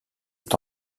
est